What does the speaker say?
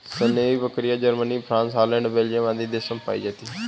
सानेंइ बकरियाँ, Germany, France, Holland, Belgium आदि देशों में भी पायी जाती है